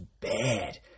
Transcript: bad